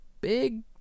big